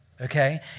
Okay